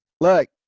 Look